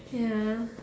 ya